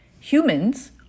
Humans